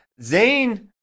Zayn